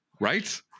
right